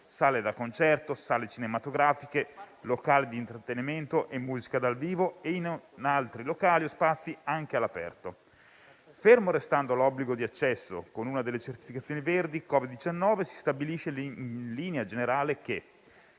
sale da concerto, sale cinematografiche, locali di intrattenimento e musica dal vivo, e in altri locali o spazi anche all'aperto. Fermo restando l'obbligo di accesso con una delle certificazioni verdi Covid-19, si stabilisce in linea generale che: